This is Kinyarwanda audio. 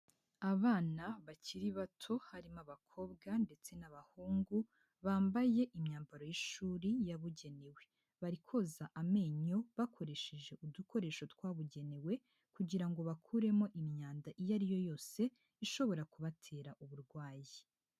Abana bakiri bato, harimo abakobwa ndetse n'abahungu, bambaye imyambaro y'ishuri yabugenewe. Bari koza amenyo bakoresheje udukoresho twabugenewe kugira ngo bakuremo imyanda iyo ari yo yose, ishobora kubatera uburwayi.